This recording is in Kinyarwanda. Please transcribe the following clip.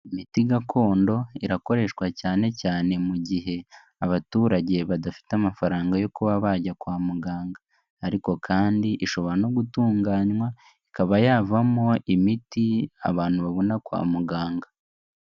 Imiti gakondo irakoreshwa cyane cyane mu gihe abaturage badafite amafaranga yo kuba bajya kwa muganga, ariko kandi ishobora no gutunganywa ikaba yavamo imiti abantu babona kwa muganga.